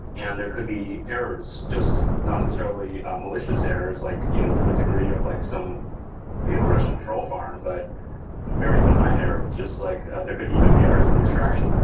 and there could be errors, just not necessarily malicious errors like you know to the degree of like some you know russian troll farm, but very benign errors. just like there could even be errors in extraction.